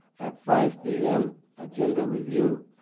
at five p m, agenda review.